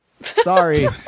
Sorry